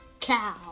cow